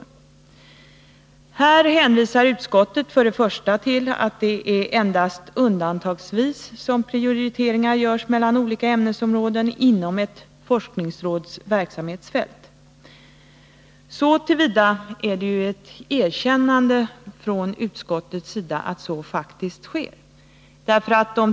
Utskottet hänvisar för det första till att det endast är undantagsvis som prioriteringar görs mellan olika ämnesområden inom ett forskningsråds verksamhetsfält. Det innebär ändå ett erkännande från utskottets sida av att så faktiskt sker.